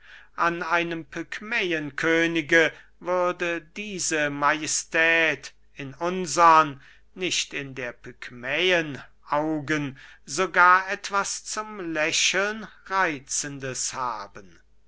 an einem pygmäenkönige würde diese majestät in unsern nicht in der pygmäen augen sogar etwas zum lächeln reitzendes haben